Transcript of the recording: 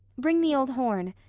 bring the old horn.